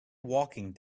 walking